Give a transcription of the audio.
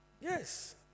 Yes